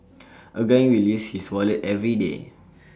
A guy will use his wallet everyday